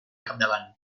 capdavant